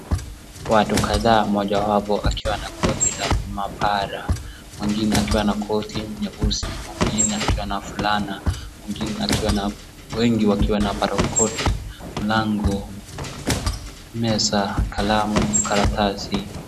Watu kadhaa mojawapo akiwa na koti la maabara. Mwingine akiwa na koti nyeusi, mwingine akiwa na fulana. wengi wakiwa na makoti. Mlango, meza, kalamu, karatasi.